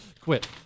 Quit